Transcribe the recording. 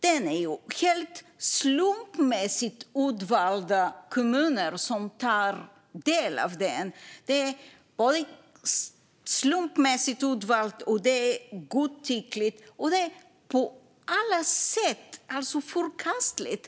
Det är helt slumpmässigt utvalda kommuner som får ta del av den, det är godtyckligt och det är på alla sätt förkastligt.